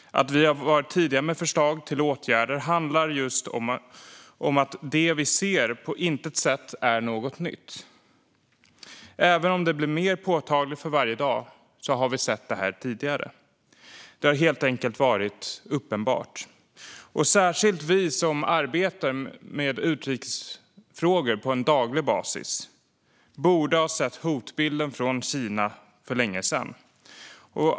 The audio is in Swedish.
Att vi varit tidiga med förslag till åtgärder handlar just om att det vi ser på intet sätt är något nytt. Även om det nu blir mer påtagligt för varje dag har vi sett detta tidigare. Det har helt enkelt varit uppenbart. Särskilt vi som arbetar med utrikesfrågor på daglig basis borde för länge sedan ha sett hotbilden från Kina.